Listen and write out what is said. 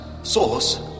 Source